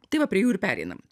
tai va prie jų ir pereinam